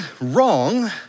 wrong